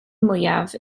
mwyaf